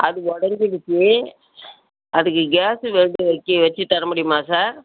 அது உடஞ்சிடுச்சி அதுக்கு கேஸு வெல்டரை வச்சு வச்சு தர முடியுமா சார்